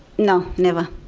no, never.